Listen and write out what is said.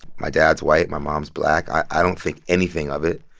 my dad's white. my mom's black. i don't think anything of it.